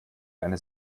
eine